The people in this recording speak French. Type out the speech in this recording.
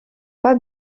pas